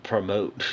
Promote